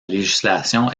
législation